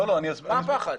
מה הפחד?